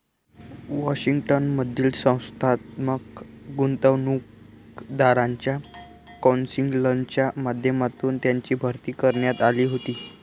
Washington मधील संस्थात्मक गुंतवणूकदारांच्या कौन्सिलच्या माध्यमातून त्यांची भरती करण्यात आली होती